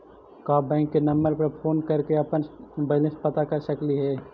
का बैंक के नंबर पर फोन कर के अपन बैलेंस पता कर सकली हे?